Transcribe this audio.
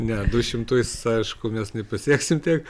ne du šimtus aišku mes nepasieksim tiek